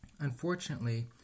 unfortunately